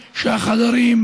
יש כיבוש או אין כיבוש.